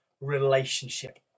relationship